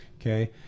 okay